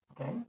Okay